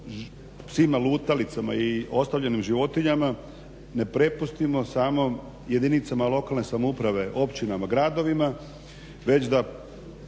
psima lutalicama i ostavljenim životinjama ne prepustimo samo jedinicama lokalne samouprave, općinama, gradovima, već da